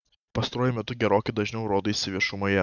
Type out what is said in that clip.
pastaruoju metu gerokai dažniau rodaisi viešumoje